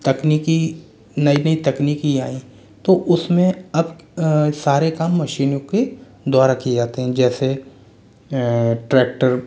तकनीकी नई नई तकनीकी आईं तो उसमें अब सारे काम मशीनों के द्वारा किए जाते हैं जैसे ट्रैक्टर